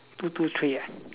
two two three ah